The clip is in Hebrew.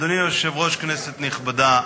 אדוני היושב-ראש, כנסת נכבדה,